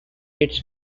its